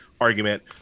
argument